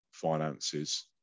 Finances